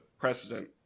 precedent